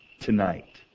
tonight